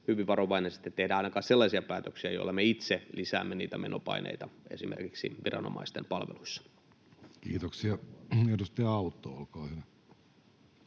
hyvin varovainen, ettei tehdä ainakaan sellaisia päätöksiä, joilla me itse lisäämme menopaineita esimerkiksi viranomaisten palveluissa. [Speech 173] Speaker: Jussi Halla-aho